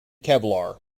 kevlar